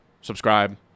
subscribe